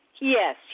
Yes